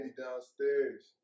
downstairs